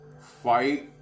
fight